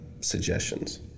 suggestions